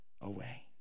away